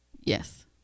Yes